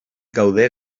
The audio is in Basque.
gaude